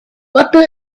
butter